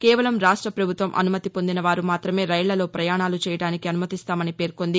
కేవలం రాష్ట ప్రభుత్వం అనుమతి పొందిస వారు మాత్రమే రైళ్లలో ప్రయాణాలు చేయడానికి అనుమతిస్తామని పేర్కొంది